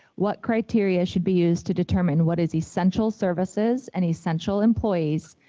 what criteria should be used to determine what is essential services and essential employees,